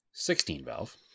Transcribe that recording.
16-valve